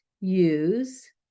use